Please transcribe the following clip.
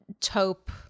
taupe